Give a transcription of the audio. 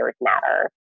matter